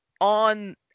on